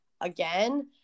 again